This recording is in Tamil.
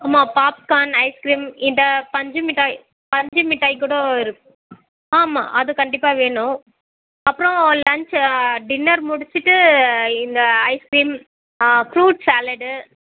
ஆமாம் பாப்கார்ன் ஐஸ்க்ரீம் இந்த பஞ்சுமிட்டாய் பஞ்சுமிட்டாய் கூட இருக் ஆமாம் அது கண்டிப்பாக வேணும் அப்புறம் லன்ச்சு டின்னர் முடிச்சுட்டு இந்த ஐஸ்க்ரீம் ஃப்ரூட் சாலடு